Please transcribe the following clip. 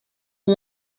who